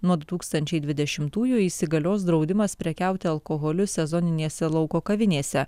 nuo du tūkstančiai dvidešimtųjų įsigalios draudimas prekiauti alkoholiu sezoninėse lauko kavinėse